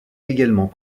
également